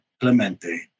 Clemente